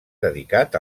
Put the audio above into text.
dedicat